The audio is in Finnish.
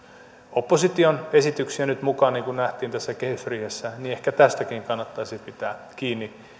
opposition esityksiä nyt mukaan niin kuin nähtiin tässä kehysriihessä niin ehkä tästäkin kannattaisi pitää kiinni